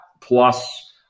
plus